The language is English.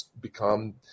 become